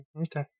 Okay